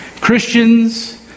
Christians